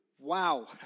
Wow